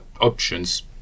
options